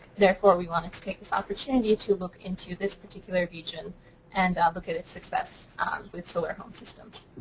therefore, we wanted to take this opportunity to look into this particular region and look at its success with solar home systems.